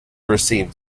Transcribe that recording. received